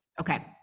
Okay